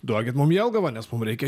duokit mum jelgavą nes mum reikia